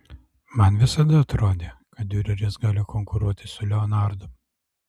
man visada atrodė kad diureris gali konkuruoti su leonardu